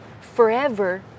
forever